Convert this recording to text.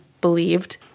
believed